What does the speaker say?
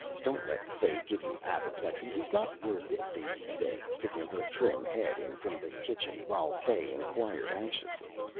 don't let fay give you apoplexy he's not worth it, daisy said, sticking her trim head in from the kitchen, while fay inquired anxiously,